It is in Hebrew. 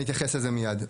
אני אתייחס לזה מיד.